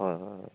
হয় হয় হয়